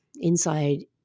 inside